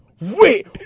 wait